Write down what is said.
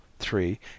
three